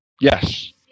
Yes